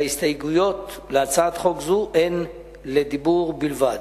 וההסתייגויות להצעת חוק זו הן לדיבור בלבד.